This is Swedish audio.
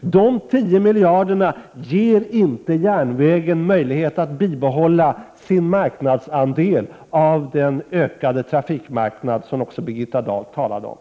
De 10 miljarderna ger inte järnvägen möjlighet att bibehålla sin andel av den ökade trafikmarknad som också Birgitta Dahl talade om.